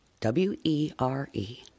W-E-R-E